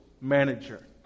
manager